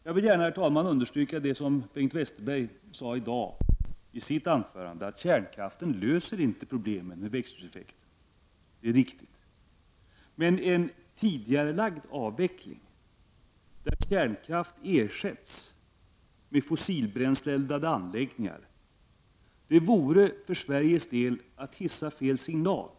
Jag vill gärna understryka det som Bengt Westerberg sade i sitt anförande i dag, att kärnkraften inte löser problemen med drivhuseffekten. Det är riktigt. Men en tidigarelagd avveckling, där kärnkraft ersätts med fossilbränsleeldade anläggningar, vore för Sveriges del att hissa fel signal.